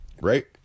Right